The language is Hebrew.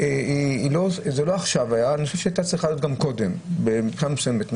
הייתה צריכה להיות גם קודם מבחינה מסוימת.